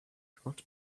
forgot